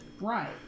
Right